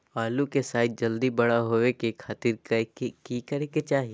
आलू के साइज जल्दी बड़ा होबे के खातिर की करे के चाही?